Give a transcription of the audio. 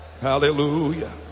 Hallelujah